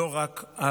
לא רק,